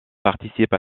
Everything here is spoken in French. participe